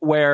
where